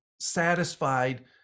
satisfied